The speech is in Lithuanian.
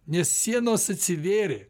nes sienos atsivėrė